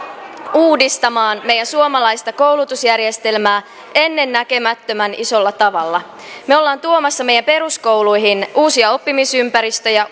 uudistamaan meidän suomalaista koulutusjärjestelmää ennennäkemättömän isolla tavalla me olemme tuomassa meidän peruskouluihin uusia oppimisympäristöjä